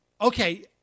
Okay